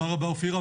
תודה רבה אופירה.